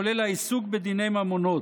כולל העיסוק בדיני ממונות.